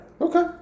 Okay